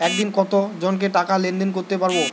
একদিন কত জনকে টাকা লেনদেন করতে পারবো?